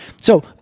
So-